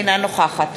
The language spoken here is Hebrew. אינה נוכחת